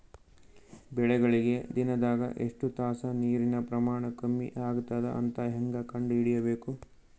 ಬೆಳಿಗಳಿಗೆ ದಿನದಾಗ ಎಷ್ಟು ತಾಸ ನೀರಿನ ಪ್ರಮಾಣ ಕಮ್ಮಿ ಆಗತದ ಅಂತ ಹೇಂಗ ಕಂಡ ಹಿಡಿಯಬೇಕು?